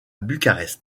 bucarest